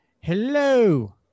Hello